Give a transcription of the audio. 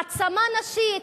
העצמה נשית,